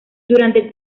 durante